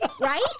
Right